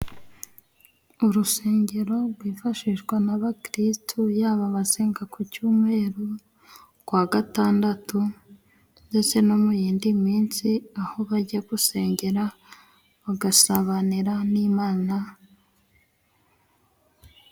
Urusengero rwifashishwa n'abakirisitu yaba abasenga ku Cyumweru, kuwa Gatandatu ndetse no mu yindi minsi aho bajya gusengera bagasabanira n'Imana.